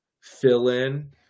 fill-in